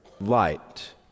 light